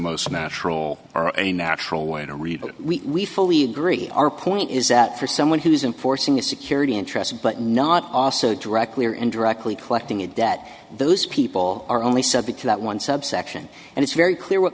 most natural or a natural way to rebuild we fully agree our point is that for someone who isn't forcing a security interest but not also directly or indirectly collecting a debt those people are only said because that one subsection and it's very clear what